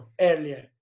earlier